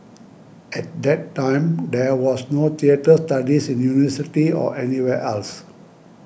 at that time there was no theatre studies in university or anywhere else